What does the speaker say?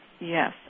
yes